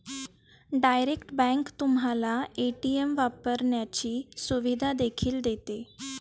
direct bank तुम्हाला ATM वापरण्याची सुविधा देखील देते